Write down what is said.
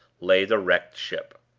lay the wrecked ship.